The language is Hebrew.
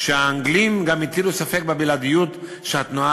שהאנגלים גם הטילו ספק בבלעדיות שהתנועה